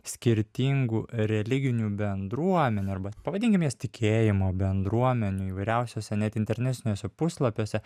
skirtingų religinių bendruomenių arba pavadinkim jas tikėjimo bendruomenių įvairiausiose net internetiniuose puslapiuose